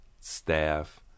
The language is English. staff